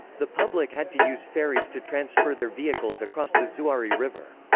the public had to use ferries to transfer their vehicles across the zuari river.